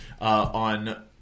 on